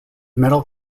metal